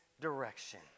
direction